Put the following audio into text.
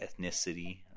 ethnicity